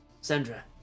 Sandra